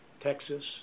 Texas